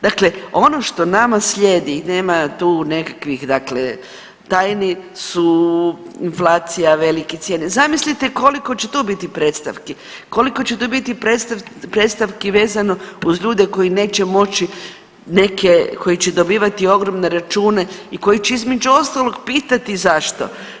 Dakle, ono što nama slijedi, nema tu nekakvih dakle tajni, su inflacija, velike cijene, zamislite koliko će tu biti predstavki, koliko će tu biti predstavki vezano uz ljude koji neće moći neke koji će dobivati ogromne račune i koji će između ostalog pitati zašto.